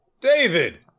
David